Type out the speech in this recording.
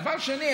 דבר שני,